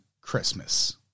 Christmas